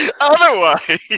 otherwise